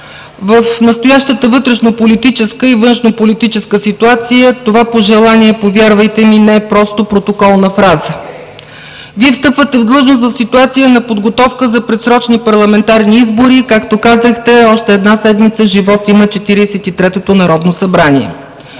В настоящата вътрешнополитическа и външнополитическа ситуация това пожелание, повярвайте ми, не е просто протоколна фраза. Вие встъпвате в длъжност в ситуация на подготовка за предсрочни парламентарни избори. Както казахте, още една седмица живот има Четиридесет и третото народно събрание.